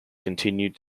continued